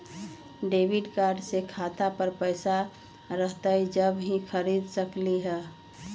Debit card से खाता पर पैसा रहतई जब ही खरीद सकली ह?